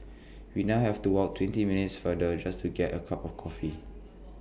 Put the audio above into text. we now have to walk twenty minutes further just to get A cup of coffee